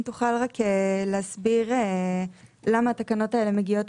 אם תוכל להסביר למה התקנות האלה מגיעות